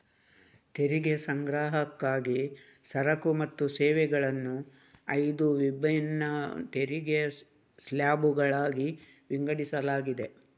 ತೆರಿಗೆ ಸಂಗ್ರಹಕ್ಕಾಗಿ ಸರಕು ಮತ್ತು ಸೇವೆಗಳನ್ನು ಐದು ವಿಭಿನ್ನ ತೆರಿಗೆ ಸ್ಲ್ಯಾಬುಗಳಾಗಿ ವಿಂಗಡಿಸಲಾಗಿದೆ